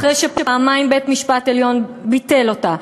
אחרי שפעמיים בית-המשפט העליון ביטל אותה,